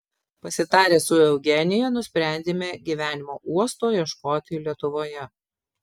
pasitarę su eugenija nusprendėme gyvenimo uosto ieškoti lietuvoje